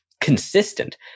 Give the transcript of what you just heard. consistent